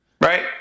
Right